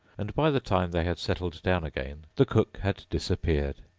and, by the time they had settled down again, the cook had disappeared.